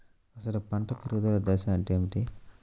అసలు పంట పెరుగుదల దశ అంటే ఏమిటి?